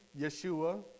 Yeshua